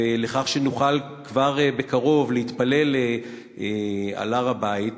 ולכך שנוכל כבר בקרוב להתפלל על הר-הבית,